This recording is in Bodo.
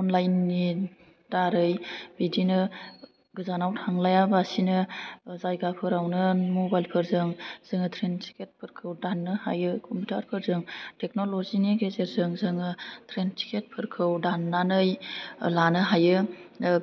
अनलाइन नि दारै बिदिनो गोजानाव थांलाया बासिनो जायगाफोरावनो मबाइल फोरजों जोङो ट्रेन टिकेट फोरखौ दान्नो हायो कम्पिउटार फोरजों टेक्नल'जि नि गेजेरजों जोङो ट्रेन टिकेट फोरखौ दान्नानै लानो हायो